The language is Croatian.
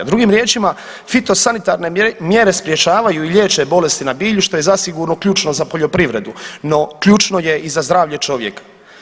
Drugim riječima fitosanitarne mjere sprječavaju i liječe bolesti na bilju što je zasigurno ključno za poljoprivredu, no ključno je i za zdravlje čovjeka.